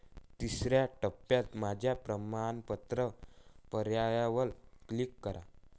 तिसर्या टप्प्यात माझ्या प्रमाणपत्र पर्यायावर क्लिक करा